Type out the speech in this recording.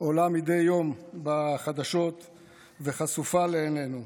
עולה מדי יום בחדשות וחשופה לעינינו.